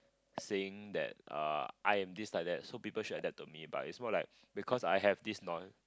saying that uh I am this like that so people should adapt to me but is more like because I have this knowl~